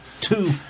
Two